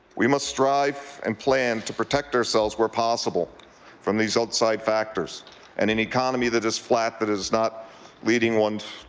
we must strive and plan to protect ourselves where possible from these outside factors and an economy that is flat, that is not leading ones